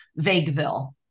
vagueville